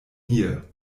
hier